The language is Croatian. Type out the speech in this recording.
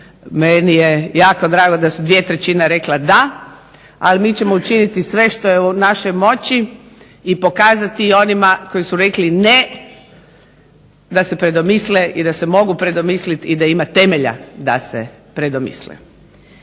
meni je jako drago da su dvije trećine rekle da, ali mi ćemo učiniti sve što je u našoj moći i pokazati onima koji su rekli ne, da se predomisle i da se mogu predomisliti i da ima temelja da se predomisle.